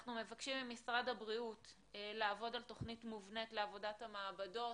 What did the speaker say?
אנחנו מבקשים ממשרד הבריאות לעבוד על תכנית מובנית לעבודת המעבדות,